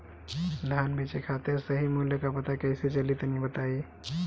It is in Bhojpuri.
धान बेचे खातिर सही मूल्य का पता कैसे चली तनी बताई?